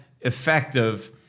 effective